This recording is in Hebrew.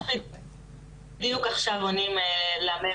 ממש בדיוק עכשיו עונים לממ"מ.